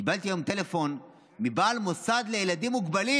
קיבלתי היום טלפון מבעל מוסד לילדים מוגבלים.